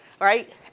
right